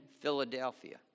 philadelphia